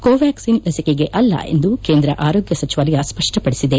ಕೋವ್ಯಾಕ್ಸಿನ್ ಲಸಿಕೆಗೆ ಅಲ್ಲ ಎಂದು ಕೇಂದ್ರ ಆರೋಗ್ಯ ಸಚಿವಾಲಯ ಸ್ಪಷ್ಟಪಡಿಸಿದೆ